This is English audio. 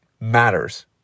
matters